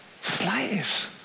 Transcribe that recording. Slaves